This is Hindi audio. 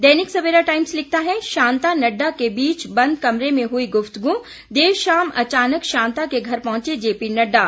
दैनिक सवेरा टाईम्स लिखता है शांता नड्डा के बीच बंद कमरे में हुई गुफ्तगू देर शाम अचानक शांता के घर पहुंचे जेपी नड्डा